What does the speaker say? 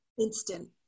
Instant